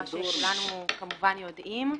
מה שכולנו כמובן יודעים,